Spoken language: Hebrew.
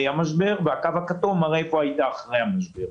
המשבר והקו הכתום מראה איפה היימו אחרי המשבר.